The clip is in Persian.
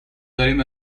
داریم